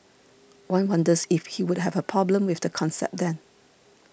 one wonders if he would have a problem with the concept then